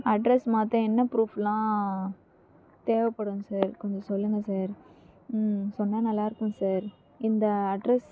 address மாத்த என்ன ப்ரூஃப்லாம் தேவைப்படுங்க சார் கொஞ்சம் சொல்லுங்கள் சார் ம் சொன்னால் நல்லா இருக்கும் சார் இந்த அட்ரஸ்